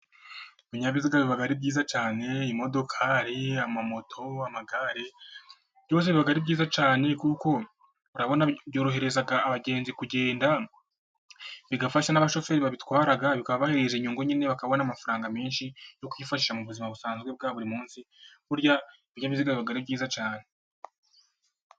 Ibinyabiziga bibaga ari byiza cyane, iimodoka hari amamoto, hari amagare byose biba ari byiza cyane kuko byorohereza abagenzi kugenda, bigafasha n'abashoferi babitwarara bikaba byabahereza inyungu, nyine bakabona amafaranga menshi yo kwifashisha mu buzima busanzwe bwa buri munsi, burya ibinyabiziga ari byiza cyane.